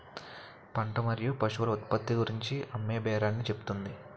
పంట మరియు పశువుల ఉత్పత్తిని గూర్చి అమ్మేబేరాన్ని చెబుతుంది